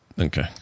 okay